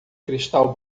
cristal